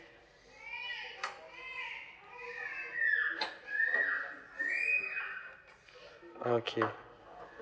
okay